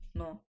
no